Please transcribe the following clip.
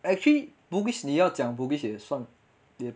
actually bugis 你要讲 bugis 也算也